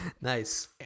nice